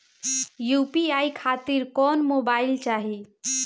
UPI खातिर कौन mobile चाहीं?